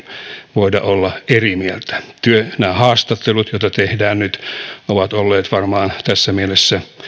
voida olla eri mieltä nämä haastattelut joita tehdään nyt ovat varmaan olleet tässä mielessä